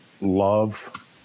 love